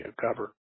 cover